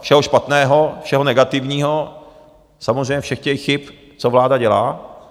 Všeho špatného, všeho negativního, samozřejmě všech těch chyb, co vláda dělá.